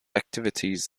activities